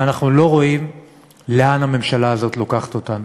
ואנחנו לא רואים לאן הממשלה הזאת לוקחת אותנו.